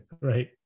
Right